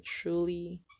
truly